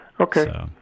Okay